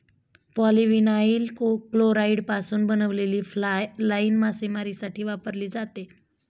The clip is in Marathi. पॉलीविनाइल क्लोराईडपासून बनवलेली फ्लाय लाइन मासेमारीसाठी वापरली जाते